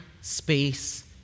space